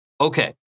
okay